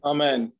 Amen